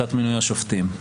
שיטת מינוי השופטים.